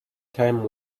time